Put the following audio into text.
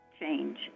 change